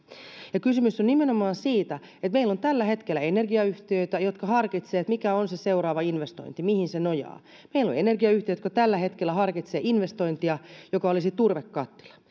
ja kysymys on nimenomaan siitä että meillä on tällä hetkellä energiayhtiöitä jotka harkitsevat mikä on se seuraava investointi mihin ne nojaavat meillä on energiayhtiöitä jotka tällä hetkellä harkitsevat investointia joka olisi turvekattila